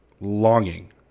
longing